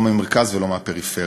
לא מהמרכז ולא מהפריפריה.